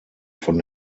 von